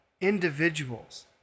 individuals